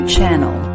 Channel